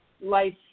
life